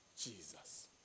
Jesus